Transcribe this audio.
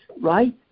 right